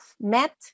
met